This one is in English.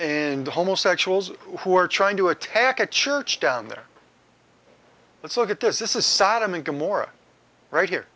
in homosexuals who are trying to attack a church down there let's look at this this is sodom and gomorrah right here